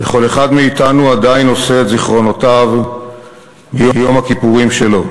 וכל אחד מאתנו עדיין נושא את זיכרונותיו מיום הכיפורים שלו: